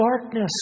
darkness